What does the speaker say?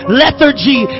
lethargy